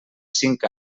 cinc